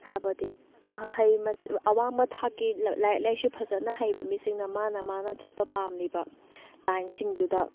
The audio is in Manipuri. ꯍꯥꯏꯕꯗꯤ ꯃꯍꯩ ꯃꯁꯤꯡ ꯑꯋꯥꯡꯕ ꯊꯥꯛꯀꯤ ꯂꯥꯏꯔꯤꯛ ꯂꯥꯏꯁꯨ ꯐꯖꯅ ꯍꯩꯕ ꯃꯤꯁꯤꯡꯅ ꯃꯥꯅ ꯃꯥꯅ ꯆꯠꯄ ꯄꯥꯝꯂꯤꯕ ꯂꯥꯏꯟꯁꯤꯡꯗꯨꯗ